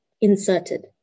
inserted